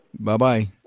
Bye-bye